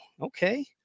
okay